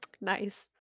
nice